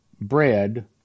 bread